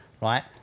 right